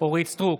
אורית מלכה סטרוק,